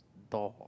door